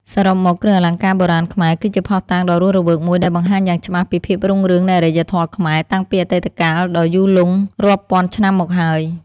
សរុបមក គ្រឿងអលង្ការបុរាណខ្មែរ គឺជាភស្តុតាងដ៏រស់រវើកមួយដែលបង្ហាញយ៉ាងច្បាស់ពី ភាពរុងរឿងនៃអរិយធម៌ខ្មែរ តាំងពីអតីតកាលដ៏យូរលង់រាប់ពាន់ឆ្នាំមកហើយ។